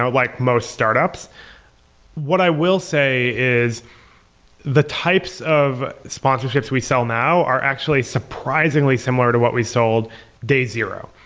ah like most startups what i will say is the types of sponsorships we sell now are actually surprisingly similar to what we sold day zero.